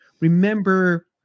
remember